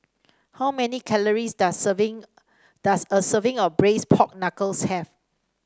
how many calories does serving does a serving of Braised Pork Knuckles have